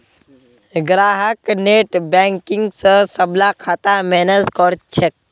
ग्राहक नेटबैंकिंग स सबला खाता मैनेज कर छेक